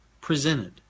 presented